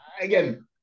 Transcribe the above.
Again